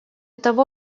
того